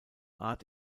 art